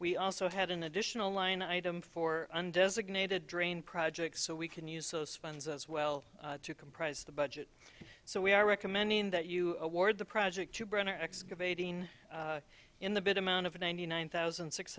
we also had an additional line item for undesignated drain project so we can use those funds as well to comprise the budget so we are recommending that you award the project to brown or excavating in the bit amount of ninety nine thousand six